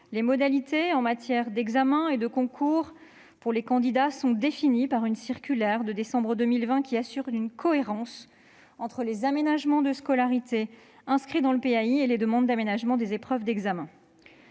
Les modalités en matière d'examens et de concours des candidats sont définies dans une circulaire de décembre 2020, qui assure une cohérence entre les aménagements de scolarité inscrits dans le PAI et les demandes d'aménagement des épreuves d'examen.